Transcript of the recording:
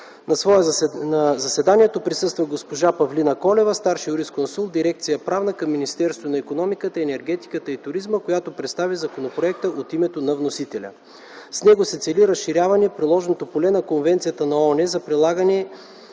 На заседанието присъства госпожа Павлина Колева – старши юрисконсулт в дирекция „Правна” към Министерството на икономиката, енергетиката и туризма, която представи законопроекта от името на вносителя. С него се цели разширяване приложното поле на Конвенцията на ООН за привилегиите